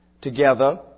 together